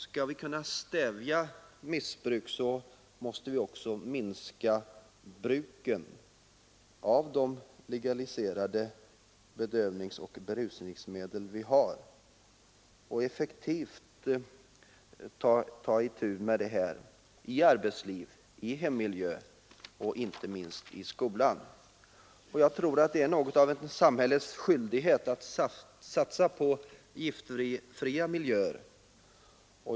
Skall vi kunna stävja missbruk så måste vi också minska bruket av de legaliserade bedövningsoch berusningsmedel som finns och effektivt ta itu med detta i arbetsliv, i hemmiljö och inte minst i skolan. Det är samhällets skyldighet att satsa på giftfria miljöer.